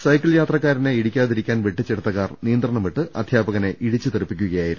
cycle യാത്രക്കാ രനെ ഇടിക്കാതിരിക്കാൻ വെട്ടിച്ചെടുത്ത കാർ നിയന്ത്രണം വിട്ട് അധ്യാപകനെ ഇടിച്ചുതെറിപ്പിക്കുകയായിരുന്നു